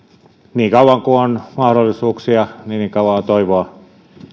niin kauan kuin on mahdollisuuksia niin kauan on toivoa